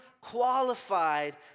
qualified